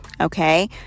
okay